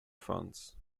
funds